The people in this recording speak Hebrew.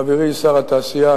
חברי שר התעשייה,